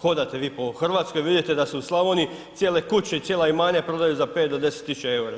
hodate vi po RH i vidite da se u Slavoniji cijele kuće i cijela imanja prodaju za 5 do 10.000,00 EUR-a.